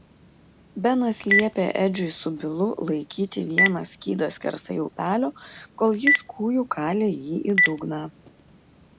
benas liepė edžiui su bilu laikyti vieną skydą skersai upelio kol jis kūju kalė jį į dugną